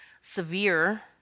severe